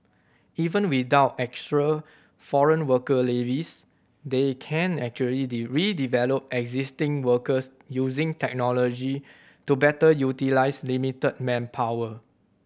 even without extra foreign worker levies they can actually existing workers using technology to better utilise limited manpower